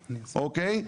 אוקיי?